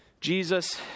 Jesus